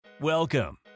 Welcome